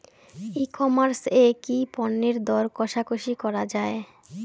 ই commerce এ কি পণ্যের দর কশাকশি করা য়ায়?